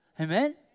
Amen